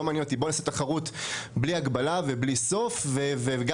לא מעניין אותי בוא נעשה תחרות בלי הגבלה ובלי סוף וגם